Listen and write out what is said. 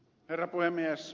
herra puhemies